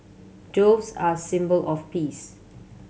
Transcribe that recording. doves are symbol of peace